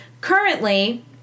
Currently